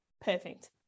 Perfect